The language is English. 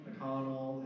McConnell